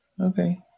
okay